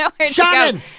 Shannon